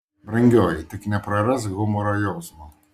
brangioji tik neprarask humoro jausmo